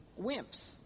wimps